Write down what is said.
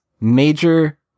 Major